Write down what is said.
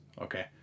okay